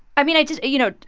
i mean, i just you know,